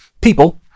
people